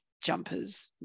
jumpers